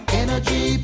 energy